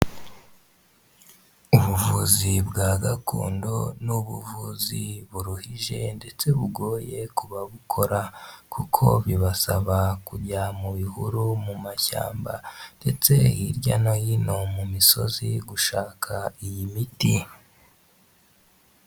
Ubuvuzi bwa gakondo ni ubuvuzi buruhije ndetse bugoye kubabukora, kuko bibasaba kujya mu bihuru mu mashyamba, ndetse hirya no hino mu misozi gushaka iyi miti.